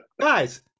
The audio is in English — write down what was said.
guys